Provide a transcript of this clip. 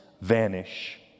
vanish